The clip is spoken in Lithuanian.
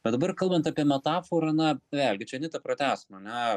bet dabar kalbant apie metaforą na vėlgi čia anita pratęs mane